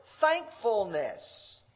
thankfulness